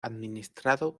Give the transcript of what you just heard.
administrado